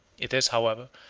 it is, however,